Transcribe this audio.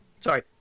Sorry